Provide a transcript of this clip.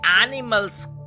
animal's